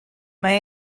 mae